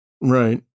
right